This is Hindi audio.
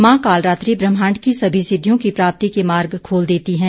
मां कालरात्रि ब्रह्मण्ड की सभी सिद्वियों की प्राप्ति के मार्ग खोल देती हैं